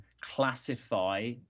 classify